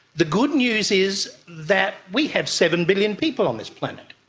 the good news is that we have seven billion people on this planet,